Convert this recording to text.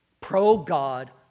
pro-God